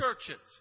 churches